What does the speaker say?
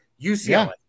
UCLA